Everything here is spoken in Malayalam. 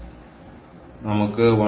അതിനാൽ നമുക്ക് 1